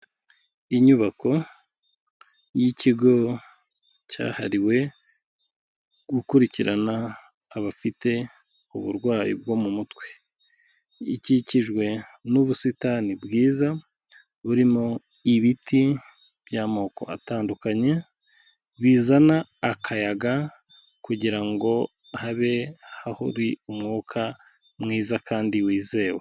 Inyubako y'ikigo cyahariwe gukurikirana abafite uburwayi bwo mu mutwe. Ikikijwe n'ubusitani bwiza burimo ibiti by'amoko atandukanye, bizana akayaga kugira ngo habe hari umwuka mwiza kandi wizewe.